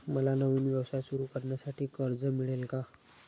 मला नवीन व्यवसाय सुरू करण्यासाठी कर्ज मिळेल का?